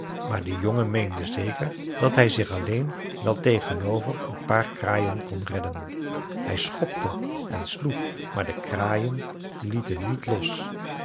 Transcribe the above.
maar de jongen meende zeker dat hij zich alleen wel tegenover een paar kraaien kon redden hij schopte en sloeg maar de kraaien lieten niet los